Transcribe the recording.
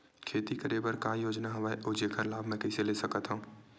खेती करे बर का का योजना हवय अउ जेखर लाभ मैं कइसे ले सकत हव?